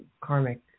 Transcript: karmic